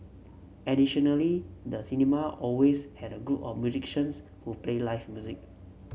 additionally the cinema always had a group of musicians who played live music